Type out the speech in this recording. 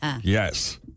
Yes